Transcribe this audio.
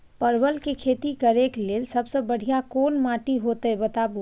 परवल के खेती करेक लैल सबसे बढ़िया कोन माटी होते बताबू?